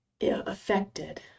affected